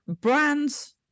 brands